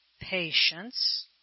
patience